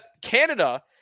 Canada